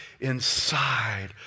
inside